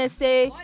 say